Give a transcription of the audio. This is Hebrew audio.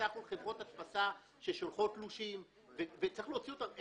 הן בסך הכול חברות הדפסה ששולחות תלושים וצריך להוציא אותן מכלל החוק.